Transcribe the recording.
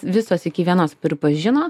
visos iki vienos pripažino